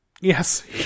Yes